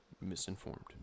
misinformed